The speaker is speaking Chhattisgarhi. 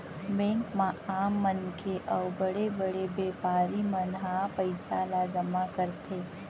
बेंक म आम मनखे अउ बड़े बड़े बेपारी मन ह पइसा ल जमा करथे